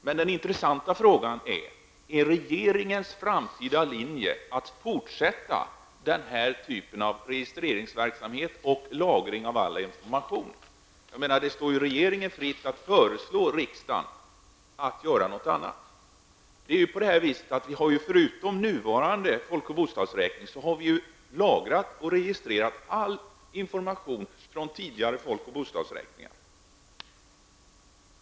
Men den intressanta frågan är: Är det regeringens framtida linje att fortsätta den här typen av registreringsverksamhet och lagring av all information? Det står ju regeringen fritt att föreslå riksdagen att göra någonting annat. Förutom nuvarande folk och bostadsräkning har vi registrerat och lagrat all information från tidigare folk och bostadsräkningar.